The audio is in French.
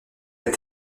les